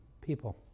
people